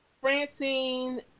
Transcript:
Francine